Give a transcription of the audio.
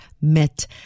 met